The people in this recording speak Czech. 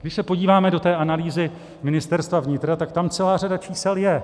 Když se podíváme do té analýzy Ministerstva vnitra, tak tam celá řada čísel je.